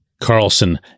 Carlson